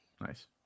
Nice